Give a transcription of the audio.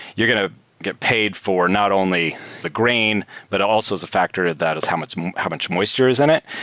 you're going to get paid for not only the grain, but also as a factor that is how much how much moisture is in it,